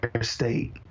state